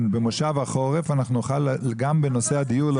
במושב החורף אנחנו נוכל גם בנושא הדיור להוסיף,